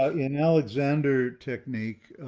ah in alexander technique.